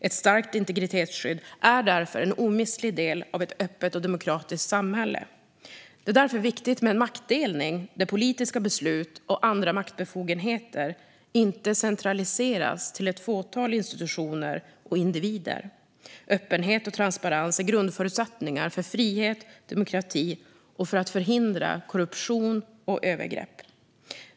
Ett starkt integritetsskydd är därför en omistlig del av ett öppet och demokratiskt samhälle. Det är därför viktigt med en maktdelning, där politiska beslut och andra maktbefogenheter inte centraliseras till ett fåtal institutioner och individer. Öppenhet och transparens är grundförutsättningar för frihet och demokrati och för att förhindra korruption och övergrepp.